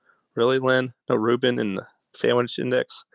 really? lynn, no rubin and sandwiched index.